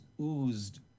oozed